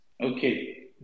Okay